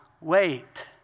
wait